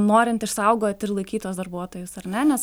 norint išsaugot ir laikyt tuos darbuotojus ar ne nes